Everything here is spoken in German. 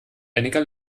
einiger